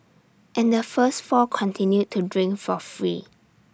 and the first four continued to drink for free